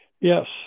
Yes